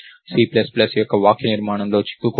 C plus plus యొక్క వాక్యనిర్మాణంలో చిక్కుకోకండి